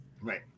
Right